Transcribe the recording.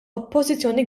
oppożizzjoni